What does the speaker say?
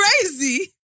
crazy